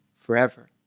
forever